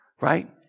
right